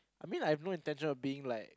I mean like I have no intention of being like